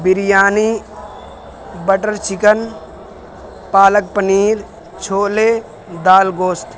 biryani butter chicken palak paneer chole دال گوشت